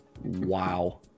Wow